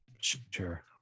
Sure